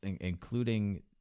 including